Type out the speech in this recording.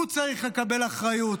הוא צריך לקבל אחריות,